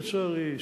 לצערי,